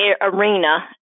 arena